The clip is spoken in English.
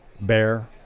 bear